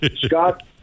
Scott